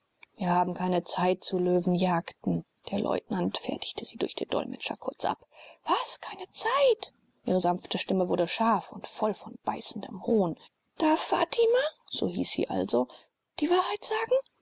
wir haben keine zeit zu löwenjagden der leutnant fertigte sie durch den dolmetscher kurz ab was keine zeit ihre sanfte stimme wurde scharf und voll von beißendem hohn darf fatima so hieß sie also die wahrheit sagen